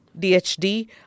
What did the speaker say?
DHD